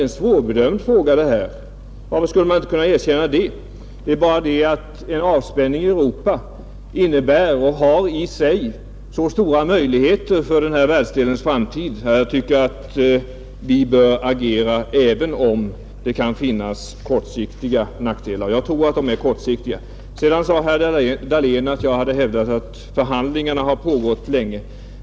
Denna fråga är svårbedömd, varför skulle man inte kunna erkänna det? Men en avspänning i Europa har i sig så stora möjligheter för denna världsdels framtid att vi bör agera även om det kan finnas kortsiktiga nackdelar. Jag tror att nackdelarna är kortsiktiga. Sedan sade herr Dahlén att jag hade hävdat att förhandlingarna pågått länge.